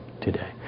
today